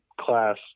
class